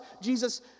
Jesus